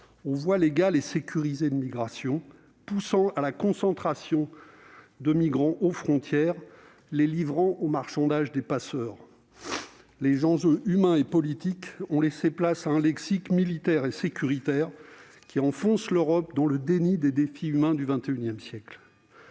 aux voies légales et sécurisées de migration, poussant à la concentration de migrants aux frontières, livrant ceux-ci aux marchandages des passeurs. Les enjeux humains et politiques ont laissé place à un lexique militaire et sécuritaire qui enfonce l'Europe dans le déni des défis humains du XXI siècle.